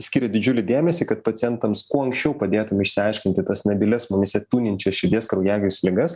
skiria didžiulį dėmesį kad pacientams kuo anksčiau padėtum išsiaiškinti tas nebylias mumyse tūninčias širdies kraujagyslių ligas